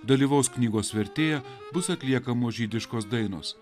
dalyvaus knygos vertėja bus atliekamos žydiškos dainos